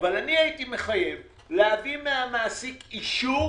אבל אני הייתי מחייב להביא מהמעסיק אישור